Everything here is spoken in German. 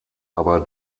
aber